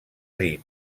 dir